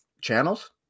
Channels